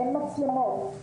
אין מצלמות.